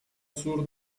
sur